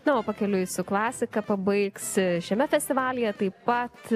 na o pakeliui su klasika pabaigs šiame festivalyje taip pat